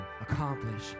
accomplish